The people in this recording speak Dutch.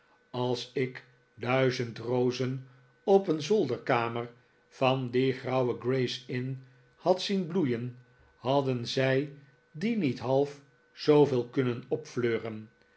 als ik duizend rozen op een zolderkamer van die grauwe gray's inn had zien bloeien hadden zij die niet half zooveel kunnen opfleuren